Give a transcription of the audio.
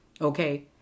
Okay